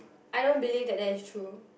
I don't believe that that is ture